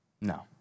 No